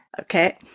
Okay